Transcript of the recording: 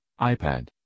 iPad